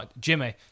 Jimmy